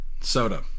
soda